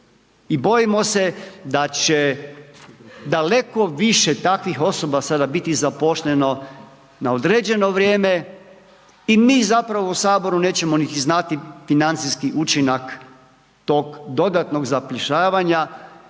I bojimo se da će daleko više takvih osoba sada biti zaposleno na određeno vrijeme i mi zapravo u Saboru nećemo niti znati financijski učinak tog dodatnog zapošljavanja